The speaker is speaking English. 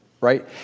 right